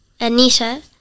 Anita